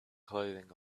clothing